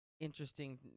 interesting